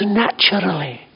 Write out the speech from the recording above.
naturally